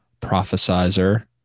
prophesizer